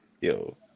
Yo